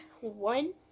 one